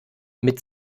mit